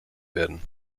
werden